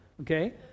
okay